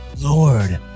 Lord